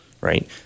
Right